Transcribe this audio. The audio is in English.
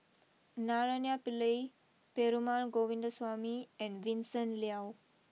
Naraina Pillai Perumal Govindaswamy and Vincent Leow